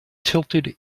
tilted